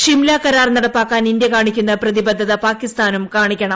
ഷിംല കരാർ നടപ്പാക്കാൻ ഇന്ത്യ കാണിക്കുന്ന പ്രതിബദ്ധത പാക്കിസ്ഥാനും കാണിക്കണം